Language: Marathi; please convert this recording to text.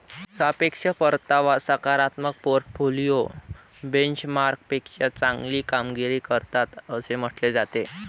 सापेक्ष परतावा सकारात्मक पोर्टफोलिओ बेंचमार्कपेक्षा चांगली कामगिरी करतात असे म्हटले जाते